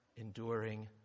enduring